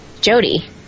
Jody